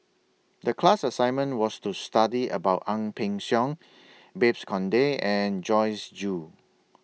The class assignment was to study about Ang Peng Siong Babes Conde and Joyce Jue